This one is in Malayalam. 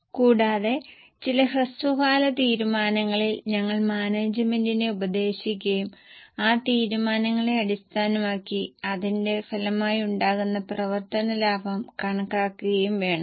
കൂടാതെ ചില ഹ്രസ്വകാല തീരുമാനങ്ങളിൽ ഞങ്ങൾ മാനേജ്മെന്റിനെ ഉപദേശിക്കുകയും ആ തീരുമാനങ്ങളെ അടിസ്ഥാനമാക്കി അതിന്റെ ഫലമായുണ്ടാകുന്ന പ്രവർത്തന ലാഭം കണക്കാക്കുകയും വേണം